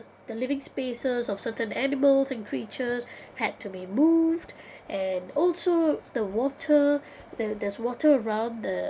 the living spaces of certain animals and creatures had to be moved and also the water there there's water around the